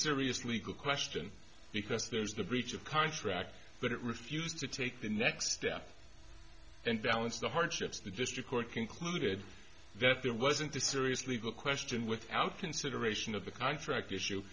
serious legal question because there's the breach of contract but it refused to take the next step and balanced the hardships the district court concluded that there wasn't a serious legal question without consideration of the contract issue